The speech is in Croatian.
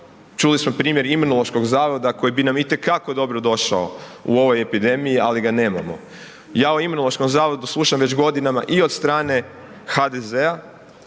čuli smo primjer Imunološkog zavoda koji bi nam itekako dobrodošao u ovoj epidemiji ali ga nemamo. Ja o Imunološkom zavodu slušam već godinama i od strane HDZ-a